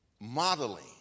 modeling